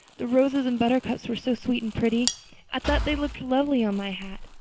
the roses and buttercups were so sweet and pretty i thought they'd look lovely on my hat.